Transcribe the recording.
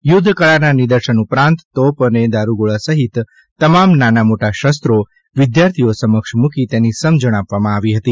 યુધ્ધ કળાના નિદર્શન ઉપરાંત તોપ અને દારૂગોળા સહિત તમામ નાના મોટા શસ્ત્રો વિદ્યાર્થી સમક્ષ મુકી તેની સમજણ આપવામાં આવી હતી